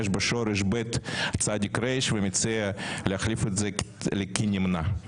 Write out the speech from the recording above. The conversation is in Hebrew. בשורש בצ"ר ונרצה להחליף את זה ל'כי נמנע'.